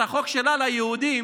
את החוק שלה ליהודים,